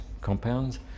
compounds